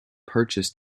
purchase